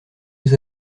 vous